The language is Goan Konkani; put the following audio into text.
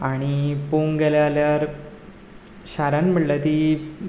आनी पळोवूंक गेलें जाल्यार शारांत म्हणल्यार ती